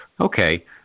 Okay